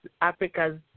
Africa's